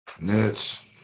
Nets